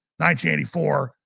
1984